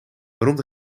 waarom